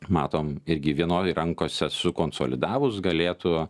matom irgi vienoj rankose sukonsolidavus galėtų